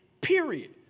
period